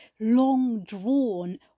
long-drawn